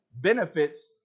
benefits